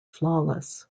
flawless